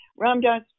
Ramdas